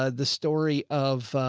ah the story of,